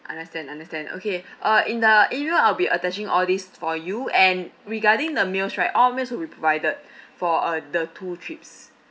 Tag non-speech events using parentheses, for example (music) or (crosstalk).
understand understand okay (breath) uh in the email I'll be attaching all these for you and regarding the meals right all meals will be provided (breath) for uh the two trips